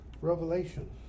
Revelation